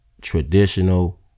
traditional